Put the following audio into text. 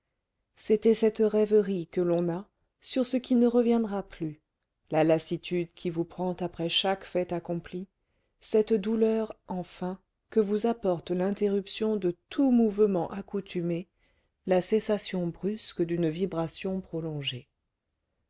c'était cette rêverie que l'on a sur ce qui ne reviendra plus la lassitude qui vous prend après chaque fait accompli cette douleur enfin que vous apportent l'interruption de tout mouvement accoutumé la cessation brusque d'une vibration prolongée